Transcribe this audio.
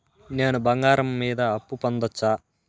నేను బంగారం మీద అప్పు పొందొచ్చా?